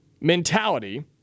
mentality